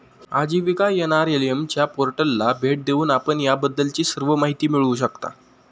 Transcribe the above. आजीविका एन.आर.एल.एम च्या पोर्टलला भेट देऊन आपण याबद्दलची सर्व माहिती मिळवू शकता